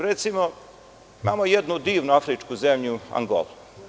Recimo, imamo jednu divnu afričku zemlju Angolu.